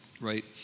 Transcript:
right